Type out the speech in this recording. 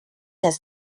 has